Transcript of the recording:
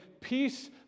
peace